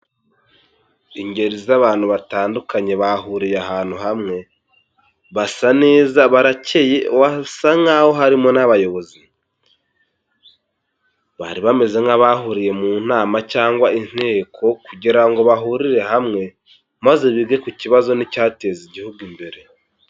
Ingeri z'abantu batandukanye bahuriye ahantu hamwe, basa neza, baracyeye, basa nk'aho harimo n'ababyobozi. Bari bameze nk'abahuriye mu nama cyangwa inteko kugira ngo bahurire hamwe, maze bige ku kibazo n'icyateza igihugu imbere.